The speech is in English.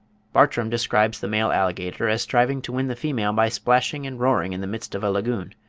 bartram describes the male alligator as striving to win the female by splashing and roaring in the midst of a lagoon,